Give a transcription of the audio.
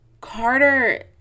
Carter